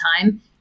time